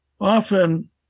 often